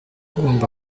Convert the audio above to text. ugomba